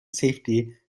safety